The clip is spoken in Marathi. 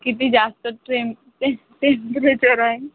किती जास्त ट्रेम टे टेम्प्रेचर आहे